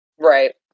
Right